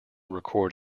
record